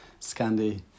Scandi